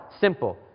Simple